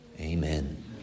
Amen